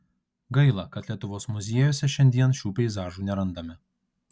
gaila kad lietuvos muziejuose šiandien šių peizažų nerandame